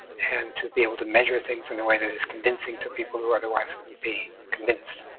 and to be able to measure things in a way that is convincing to people who otherwise wouldn't be convinced.